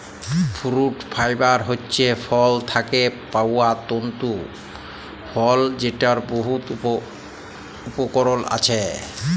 fruit fibre হছে ফল থ্যাকে পাউয়া তল্তু ফল যেটর বহুত উপকরল আছে